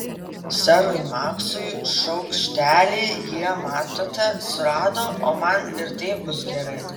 serui maksui šaukštelį jie matote surado o man ir taip bus gerai